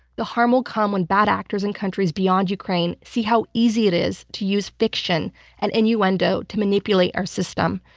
the harm will come when bad actors and countries beyond ukraine see how easy it is to use fiction and innuendo to manipulate our system.